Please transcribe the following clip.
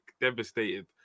devastated